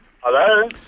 Hello